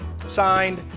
signed